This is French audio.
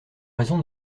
raison